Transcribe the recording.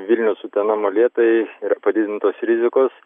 vilnius utena molėtai yra padidintos rizikos